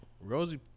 Rosie